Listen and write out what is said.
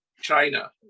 China